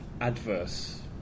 adverse